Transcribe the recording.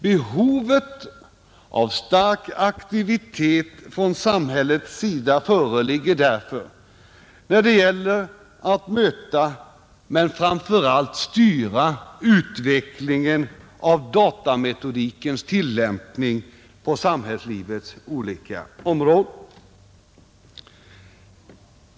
Behov av stark aktivitet från samhällets sida föreligger därför när det gäller att möta men framför allt styra utvecklingen av datametodikens tillämpning på samhällslivets olika områden.